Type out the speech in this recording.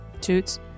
Toots